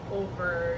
over